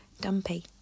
dumpy